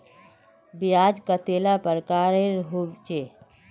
ब्याज कतेला प्रकारेर होचे?